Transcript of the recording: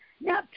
Now